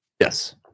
Yes